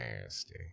nasty